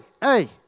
hey